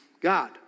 God